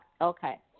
okay